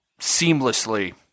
seamlessly